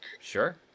Sure